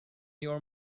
your